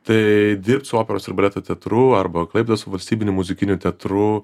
tai dirbt su operos ir baleto teatru arba klaipėdos valstybiniu muzikiniu teatru